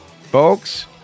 Folks